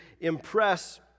impress